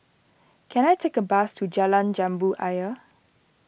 can I take a bus to Jalan Jambu Ayer